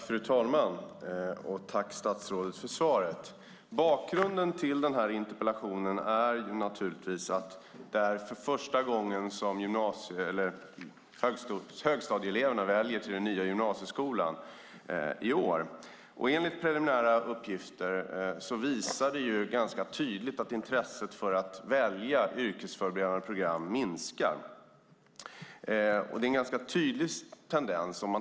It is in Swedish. Fru talman! Tack, statsrådet, för svaret! Bakgrunden till den här interpellationen är naturligtvis att det i år är första gången som högstadieeleverna väljer till den nya gymnasieskolan. Preliminära uppgifter visar ganska tydligt att intresset för att välja yrkesförberedande program minskar. Det är en ganska tydlig tendens.